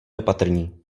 opatrní